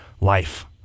life